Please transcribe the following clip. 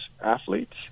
athletes